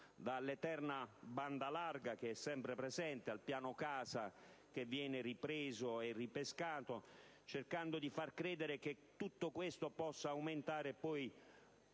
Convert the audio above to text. dall'eterna banda larga, sempre presente, al piano casa, che viene ripreso e ripescato, cercando di far credere che tutto questo possa aumentare